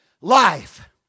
life